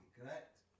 correct